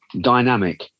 dynamic